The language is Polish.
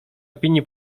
opinii